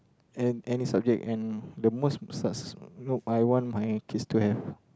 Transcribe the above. and any subject and the most s~ I want my kids to have